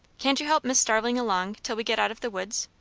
can't you help miss starling along, till we get out of the woods?